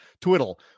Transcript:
twiddle